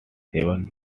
seven